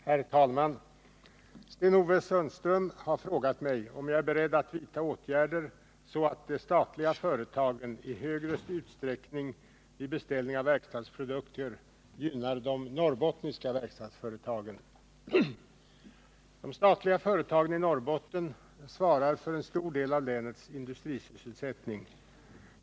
Herr talman! Sten-Ove Sundström har frågat mig om jag är beredd att vidta åtgärder så att de statliga företagen i större utsträckning vid beställning av verkstadsprodukter gynnar de norrbottniska verkstadsföretagen. De statliga företagen i Norrbotten svarar för en stor del av länets industrisysselsättning.